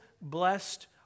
blessed